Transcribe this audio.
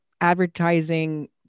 advertising